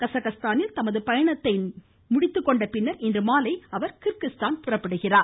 கஸகஸ்தானில் தமது பயணத்தை முடித்த பின்னர் இன்றுமாலை அவர் கிரிகிஸ்தான் புறப்படுகிறார்